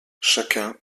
chacun